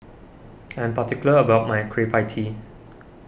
I am particular about my Kueh Pie Tee